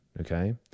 Okay